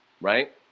right